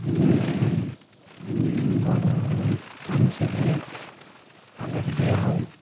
যেনে গৰুৰ কাণ চিগিলে হালধি দিয়া হয়